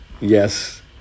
Yes